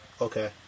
Okay